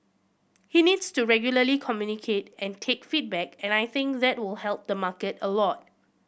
he needs to regularly communicate and take feedback and I think that will help the market a lot